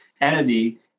entity